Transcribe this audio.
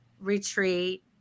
Retreat